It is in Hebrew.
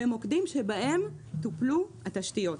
במוקדים שבהם טופלו התשתיות.